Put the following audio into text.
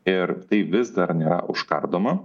ir tai vis dar nėra užkardoma